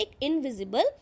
invisible